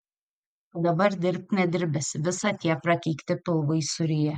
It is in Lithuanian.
o dabar dirbk nedirbęs visa tie prakeikti pilvai suryja